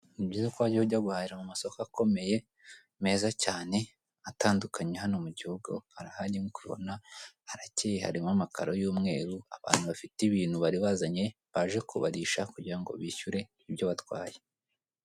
Ni byiza ko wajya ujya guhahira mu masoko akomeye meza cyane atandukanye hano mu gihugu arahari nkuko ubibona haracyeye harimo amakaro y'umweru, abantu bafite ibintu bari bazanye baje kubarisha kugira ngo bishyure ibyo batwaye.